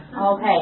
Okay